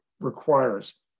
requires